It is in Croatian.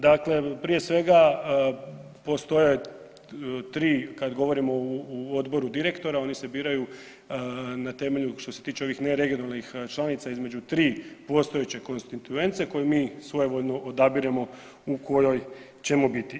Dakle, prije svega postoje tri kad govorimo u odboru direktora oni se biraju na temelju što se tiče ovih neregionalnih članica između 3 postojeće konstituence koje mi svojevoljno odabiremo u kojoj ćemo biti.